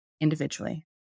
individually